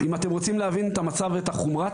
אם אתם רוצים להבין את המצב ואת החומרה,